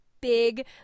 big